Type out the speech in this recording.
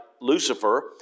Lucifer